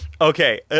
Okay